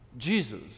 Jesus